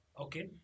okay